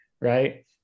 Right